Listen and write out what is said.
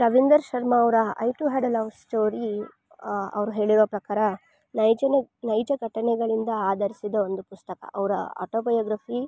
ರವಿಂದರ್ ಶರ್ಮ ಅವರ I too had a love story ಅವ್ರು ಹೇಳಿರೋ ಪ್ರಕಾರ ನೈಜನಿಕ ನೈಜ ಘಟನೆಗಳಿಂದ ಆಧರಿಸಿದ ಒಂದು ಪುಸ್ತಕ ಅವರ ಆಟೋ ಬಯಾಗ್ರಫಿ